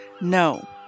No